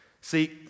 See